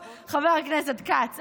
חבר הכנסת כץ,